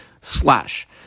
Slash